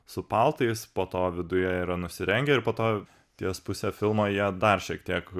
su paltais po to viduje yra nusirengę ir po to ties puse filmo jie dar šiek tiek